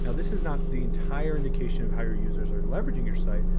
and this is not the entire indication of how your users are leveraging your site.